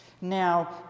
now